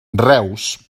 reus